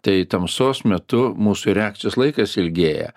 tai tamsos metu mūsų reakcijos laikas ilgėja